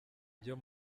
byo